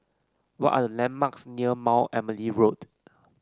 what are the landmarks near Mount Emily Road